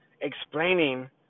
explaining